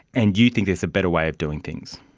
and you think there's a better way of doing things.